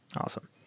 Awesome